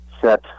set